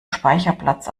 speicherplatz